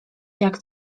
jak